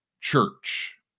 church